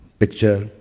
picture